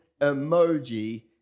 emoji